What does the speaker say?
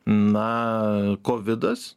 na kovidas